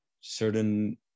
certain